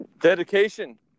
dedication